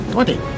Twenty